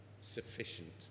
sufficient